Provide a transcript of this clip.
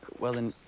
weldon.